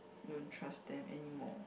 don't trust them anymore